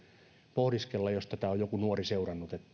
pohdiskella jos tätä on joku nuori seurannut